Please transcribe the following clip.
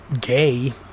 gay